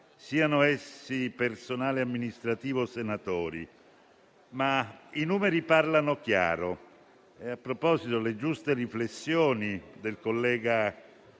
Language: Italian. siano essi personale amministrativo o senatori. I numeri parlano chiaro. E le giuste riflessioni del collega